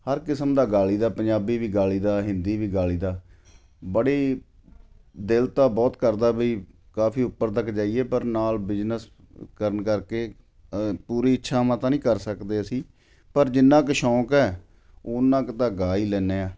ਹਰ ਕਿਸਮ ਦਾ ਗਾ ਲਈਦਾ ਪੰਜਾਬੀ ਵੀ ਗਾ ਲਈਦਾ ਹਿੰਦੀ ਵੀ ਗਾ ਲਈਦਾ ਬੜੀ ਦਿਲ ਤਾਂ ਬਹੁਤ ਕਰਦਾ ਵੀ ਕਾਫੀ ਉੱਪਰ ਤੱਕ ਜਾਈਏ ਪਰ ਨਾਲ ਬਿਜਨਸ ਕਰਨ ਕਰਕੇ ਪੂਰੀ ਇੱਛਾਵਾਂ ਤਾਂ ਨਹੀਂ ਕਰ ਸਕਦੇ ਅਸੀਂ ਪਰ ਜਿੰਨਾ ਕੁ ਸ਼ੌਂਕ ਹੈ ਓਨਾ ਕੁ ਤਾਂ ਗਾ ਹੀ ਲੈਂਦੇ ਹਾਂ